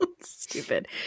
Stupid